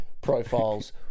profiles